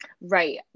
right